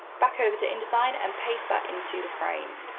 back over to indesign and paste that into the frame.